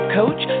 coach